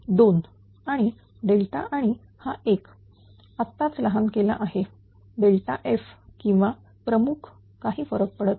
2 आणि डेल्टा आणि हा एक आत्ताच लहान केला आहेf किंवा प्रमुख काही फरक पडत नाही